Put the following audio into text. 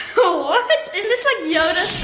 what, but is this like yoda,